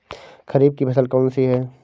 खरीफ की फसल कौन सी है?